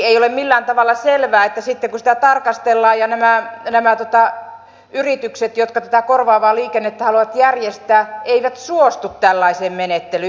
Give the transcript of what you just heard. ei ole millään tavalla selvää että sitten kun sitä tarkastellaan niin nämä yritykset jotka tätä korvaavaa liikennettä haluavat järjestää suostuisivat tällaiseen menettelyyn